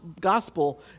gospel